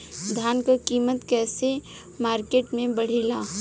धान क कीमत कईसे मार्केट में बड़ेला?